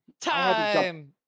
Time